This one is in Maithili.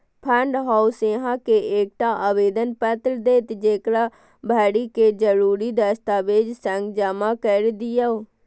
फंड हाउस अहां के एकटा आवेदन पत्र देत, जेकरा भरि कें जरूरी दस्तावेजक संग जमा कैर दियौ